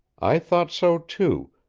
i thought so, too,